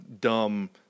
dumb